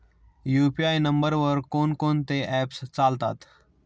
UPI नंबरवर कोण कोणते ऍप्स चालतात?